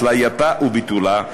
התלייתה וביטולה,